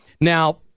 Now